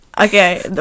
Okay